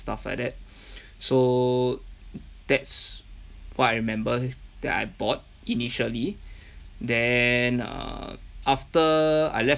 stuff like that so that's what I remember that I bought initially then err after I left